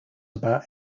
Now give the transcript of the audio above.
about